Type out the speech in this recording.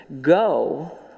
go